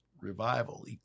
Revival